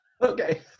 Okay